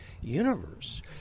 universe